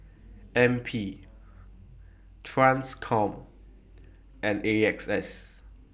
N P TRANSCOM and A X S